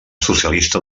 socialista